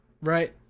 Right